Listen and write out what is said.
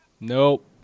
Nope